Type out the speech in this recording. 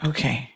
Okay